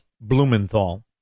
Blumenthal